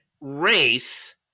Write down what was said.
race